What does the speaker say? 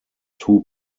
too